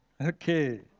Okay